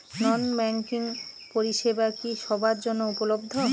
নন banking পরিষেবা কি সবার জন্য উপলব্ধ?